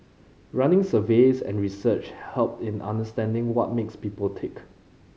running surveys and research help in understanding what makes people tick